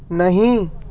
نہیں